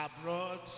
abroad